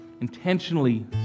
Intentionally